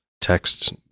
text